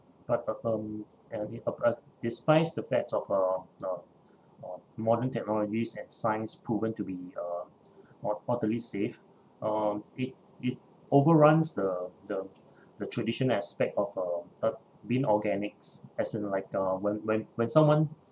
despite the facts of uh uh uh modern technologies and science proven to be uh mod~ moderately safe uh it it overruns the the the traditional aspect of uh uh being organics as in like uh when when when someone